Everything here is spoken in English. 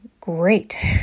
great